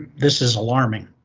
this is alarming.